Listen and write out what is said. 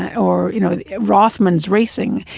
or you know rothmans racing.